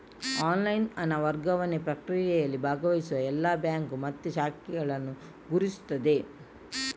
online ಹಣ ವರ್ಗಾವಣೆ ಪ್ರಕ್ರಿಯೆಯಲ್ಲಿ ಭಾಗವಹಿಸುವ ಎಲ್ಲಾ ಬ್ಯಾಂಕು ಮತ್ತೆ ಶಾಖೆಯನ್ನ ಗುರುತಿಸ್ತದೆ